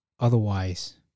Otherwise